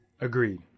Agreed